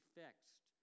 fixed